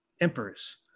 emperors